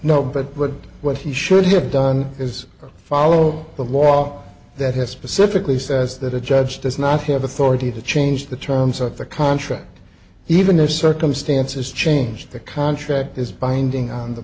no but what he should have done is follow the law that has specifically says that a judge does not have authority to change the terms of the contract even if circumstances change the contract is binding on the